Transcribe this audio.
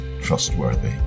trustworthy